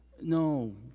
No